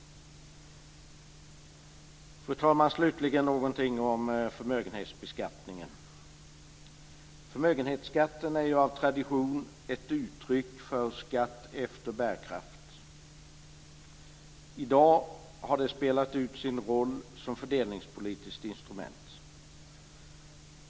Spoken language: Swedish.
Fru talman! Slutligen några ord om förmögenhetsbeskattningen. Förmögenhetsskatten är av tradition ett uttryck för skatt efter bärkraft. I dag har den spelat ut sin roll som fördelningspolitiskt instrument.